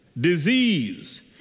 disease